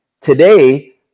Today